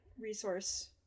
resource